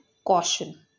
caution